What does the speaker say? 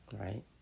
right